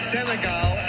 Senegal